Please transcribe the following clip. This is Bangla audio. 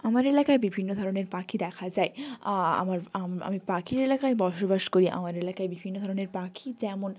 আমার এলাকায় বিভিন্ন ধরনের পাখি দেখা যায় আমার আমি পাখির এলাকায় বসবাস করি আমার এলাকায় বিভিন্ন ধরনের পাখি যেমন